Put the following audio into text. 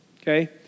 okay